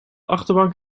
achterbank